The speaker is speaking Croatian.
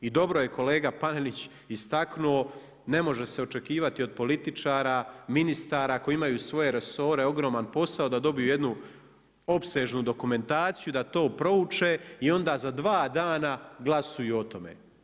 I dobro je kolega Panenić istaknuo, ne može se očekivati od političara, ministara koji imaju svoje resore, ogroman posao da dobiju jednu opsežnu dokumentaciju da to prouče i onda za dva dana glasuju o tome.